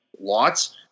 lots